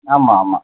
ஆமாம் ஆமாம்